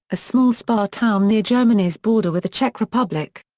a small spa town near germany's border with the czech republic.